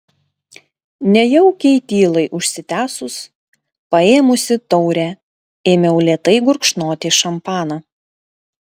nejaukiai tylai užsitęsus paėmusi taurę ėmiau lėtai gurkšnoti šampaną